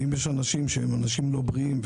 אם יש אנשים שהם אנשים לא בריאים,